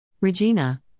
Regina